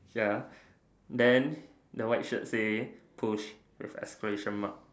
ya then the white shirt say push with exclamation mark